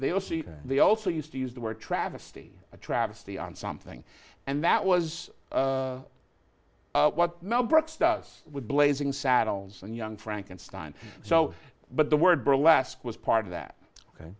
they all see that they also used to use the word travesty a travesty on something and that was what mel brooks does with blazing saddles and young frankenstein so but the word burlesque was part of that ok